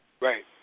Right